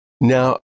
Now